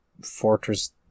fortress